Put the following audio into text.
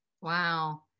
wow